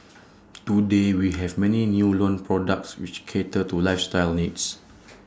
today we have many new loan products which cater to lifestyle needs